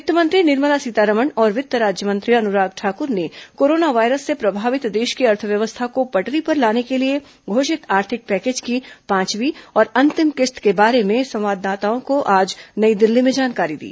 वित्त मंत्री को निर्मला सीतारमण और वित्त राज्य मंत्री अनुराग ठाकुर ने कोरोना वायरस से प्रभावित देश की अर्थव्यवस्था को पटरी पर लाने के लिए घोषित आर्थिक पैकेज की पांचवी और अंतिम किस्त के बारे में संवाददाताओं को आज नई दिल्ली में जानकारी दी